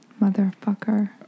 Motherfucker